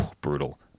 brutal